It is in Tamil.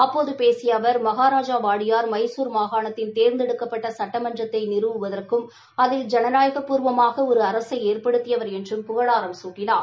அப்போது பேசிய அவர் மகாராஜா வாடியார் மைசூர் மாகாணத்தின் தேர்ந்தெடுக்கப்பட்ட சட்டமன்றத்தை நிறுவுவதற்கும் அதில் ஜனநாயகப்பூர்வமாக ஒரு அரசை ஏற்படுத்தியவர் என்று புகழாரம் குட்டினார்